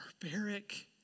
barbaric